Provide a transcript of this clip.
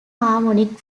harmonic